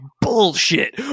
bullshit